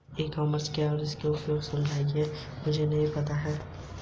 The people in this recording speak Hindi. लोन अकाउंट के मामले में ग्राहक के साथ बैंक का क्या संबंध है?